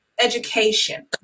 education